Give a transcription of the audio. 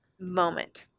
moment